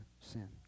sin